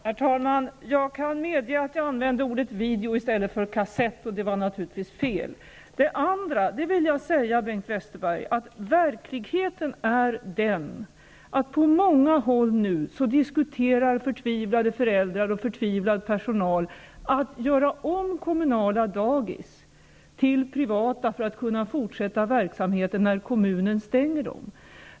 Herr talman! Jag kan medge att jag använde ordet video i stället för ordet kassett, och det var natur ligtvis fel. Verkligheten är den, Bengt Westerberg, att för tvivlade föräldrar och förtvivlad personal på många håll diskuterar tanken att göra om kommu nala dagis till privata för att kunna fortsätta verk samheten när kommunen stänger dessa daghem.